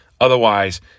Otherwise